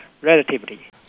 relatively